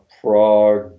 Prague